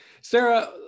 Sarah